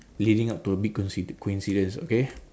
leading up to a big coinci~ coincidence okay